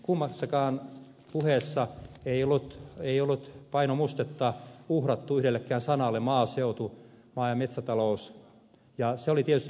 kummassakaan puheessa ei ollut painomustetta uhrattu yhdellekään sellaiselle sanalle kuin maaseutu maa ja metsätalous ja se oli tietysti merkille pantavaa